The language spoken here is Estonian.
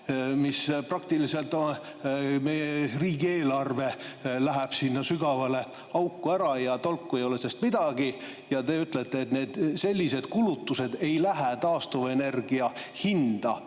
100, praktiliselt terve riigieelarve läheks sinna sügavale auku ära ja tolku ei oleks sellest midagi. Te ütlete, et sellised kulutused ei lähe taastuvenergia hinda.